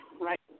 right